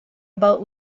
about